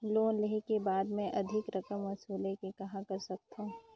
Loan लेहे के बाद मे अधिक रकम वसूले के कहां कर सकथव?